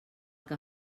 que